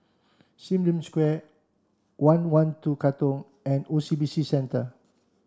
Sim Lim Square one one two Katong and O C B C Centre